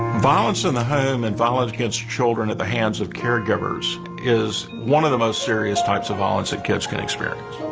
violence in the home and violence against children at the hands of caregivers is one of the most serious types of violence that kids can experience.